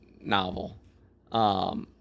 novel –